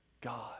God